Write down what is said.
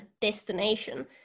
destination